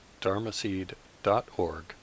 dharmaseed.org